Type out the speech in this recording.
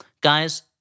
guys